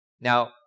Now